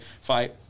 fight